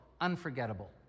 unforgettable